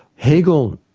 hegel